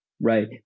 right